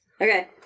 Okay